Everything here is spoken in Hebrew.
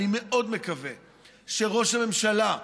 אני מאוד מקווה שראש הממשלה,